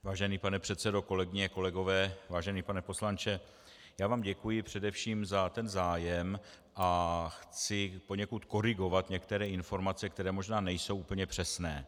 Vážený pane předsedo, kolegyně, kolegové, vážený pane poslanče, já vám děkuji především za zájem a chci poněkud korigovat některé informace, které možná nejsou úplně přesné.